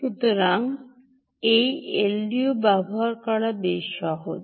সুতরাং এই এলডিওটি ব্যবহার করা বেশ সহজ